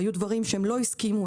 היו דברים שהם לא הסכימו,